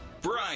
brian